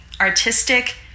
artistic